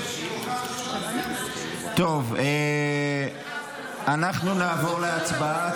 טוב, אנחנו נעבור להצבעה.